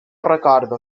recordo